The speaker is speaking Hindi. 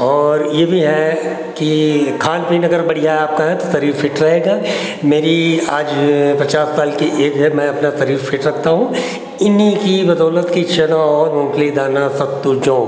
और ये भी है कि खान पीन अगर बढ़िया आपका है तो शरीर फिट रहेगा मेरी आज पचास साल की एज है मैं अपना शरीर फिट रखता हूँ इन्हीं की बदौलत की चना और मूंगफली दाना और सत्तू जौ